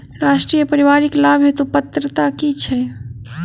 राष्ट्रीय परिवारिक लाभ हेतु पात्रता की छैक